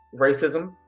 racism